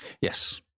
Yes